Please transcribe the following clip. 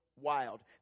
Wild